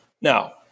Now